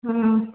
हा